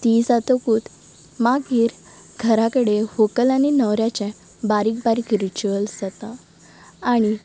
ती जातकूत मागीर घरा कडेन व्हंकल आनी न्हवऱ्याचे बारीक बारीक रिच्वेल्स जातात आनी